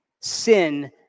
Sin